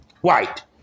White